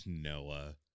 Noah